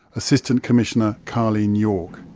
assistant commissioner carlene york.